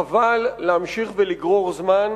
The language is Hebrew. חבל להמשיך ולגרור זמן,